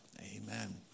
Amen